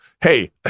hey